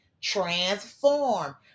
Transform